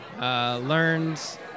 learned